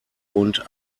und